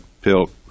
pill